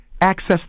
access